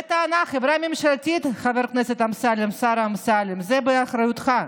חברה ממשלתית, השר אמסלם, זה באחריותך,